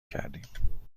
کردیم